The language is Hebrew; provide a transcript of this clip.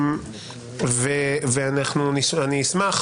אני אשמח